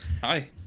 Hi